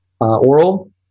oral